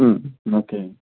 okay